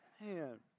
Man